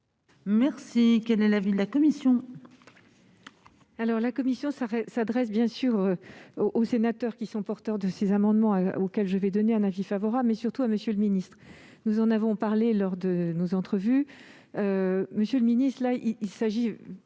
Quel est l'avis de la commission ?